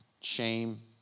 shame